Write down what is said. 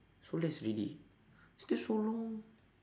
so less already still so long